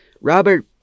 Robert